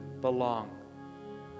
belong